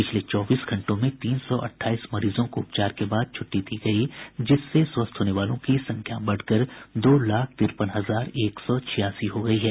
पिछले चोबीस घंटों में तीन सौ अट्ठाईस मरीजों को उपचार के बाद छुट्टी दी गई जिससे स्वस्थ होने वालों की संख्या बढ़कर दो लाख तिरपन हजार एक सौ छियासी हो गई है